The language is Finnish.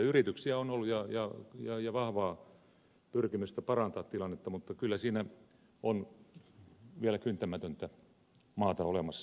yrityksiä on ollut ja vahvaa pyrkimystä parantaa tilannetta mutta kyllä siinä on vielä kyntämätöntä maata olemassa